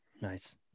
Nice